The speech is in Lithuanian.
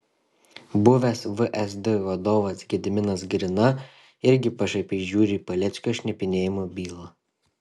buvęs vsd vadovas gediminas grina irgi pašaipiai žiūri į paleckio šnipinėjimo bylą